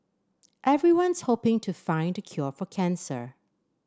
everyone's hoping to find the cure for cancer